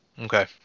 Okay